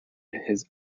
his